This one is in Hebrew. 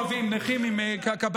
אדוני, אתה יכול להמשיך.